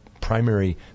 primary